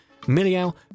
Miliao